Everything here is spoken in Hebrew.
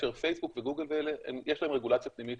כאשר פייסבוק וגוגל ואלה יש להם רגולציה פנימית,